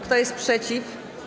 Kto jest przeciw?